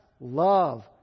love